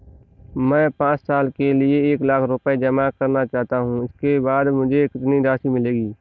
मैं पाँच साल के लिए एक लाख रूपए जमा करना चाहता हूँ इसके बाद मुझे कितनी राशि मिलेगी?